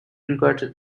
regarded